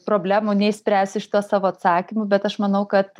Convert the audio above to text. problemų neišspręsiu šituo savo atsakymu bet aš manau kad